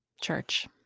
church